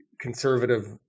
conservative